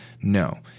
no